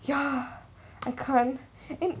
ya I can't